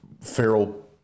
feral